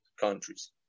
countries